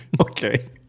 Okay